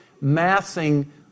massing